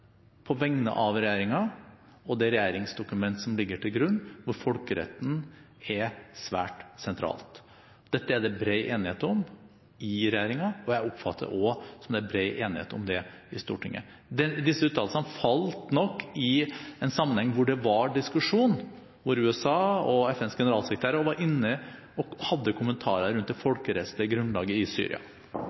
på vegne av regjeringen og det regjeringsdokument som ligger til grunn, hvor folkeretten er svært sentral. Dette er det bred enighet om i regjeringen, og jeg oppfatter også at det er bred enighet om det i Stortinget. Disse uttalelsene falt nok i en sammenheng hvor det var diskusjon, hvor USA og FNs generalsekretær var inne og hadde kommentarer rundt det folkerettslige grunnlaget i Syria.